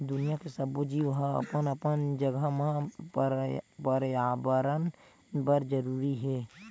दुनिया के सब्बो जीव ह अपन अपन जघा म परयाबरन बर जरूरी हे